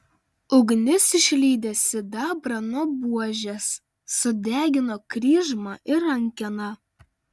ugnis išlydė sidabrą nuo buožės sudegino kryžmą ir rankeną